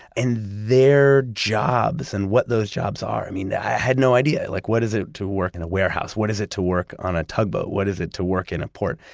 their jobs and what those jobs are, i mean, i had no idea, like, what is it to work in a warehouse? what is it to work on a tugboat? what is it to work in a port?